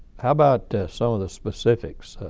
how about some of the specifics?